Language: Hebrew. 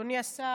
אדוני השר,